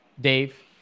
Dave